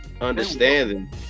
understanding